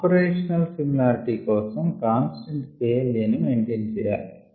operational similarity కోసం constant K L a ని maintain చెయ్యాలి